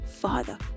father